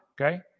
okay